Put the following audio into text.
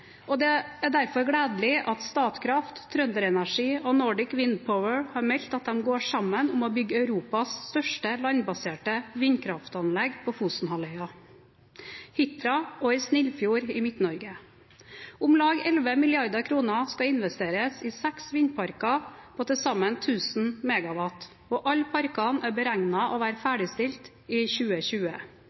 og det er derfor gledelig at Statkraft, TrønderEnergi og Nordic Wind Power har meldt at de går sammen om å bygge Europas største landbaserte vindkraftanlegg på Fosenhalvøya, Hitra og i Snillfjord i Midt-Norge. Om lag 11 mrd. kr skal investeres i seks vindparker på til sammen 1 000 MW, og alle parkene er beregnet å være ferdigstilt i 2020.